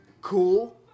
Cool